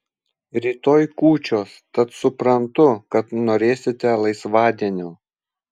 rytoj kūčios tad suprantu kad norėsite laisvadienio